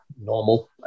normal